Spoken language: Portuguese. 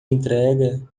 entrega